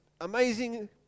amazing